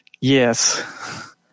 yes